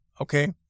Okay